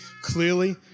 clearly